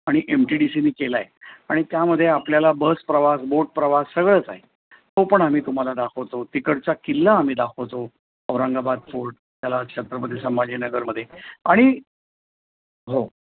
आणि M T D सीने केलं आहे आणि त्यामध्ये आपल्याला बस प्रवास बोट प्रवास सगळंच आहे तो पण आम्ही तुम्हाला दाखवतो तिकडचा किल्ला आम्ही दाखवतो औरंगाबाद फोर्ट त्याला छत्रपती संभाजीनगरमध्ये आणि हो